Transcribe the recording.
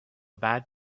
bad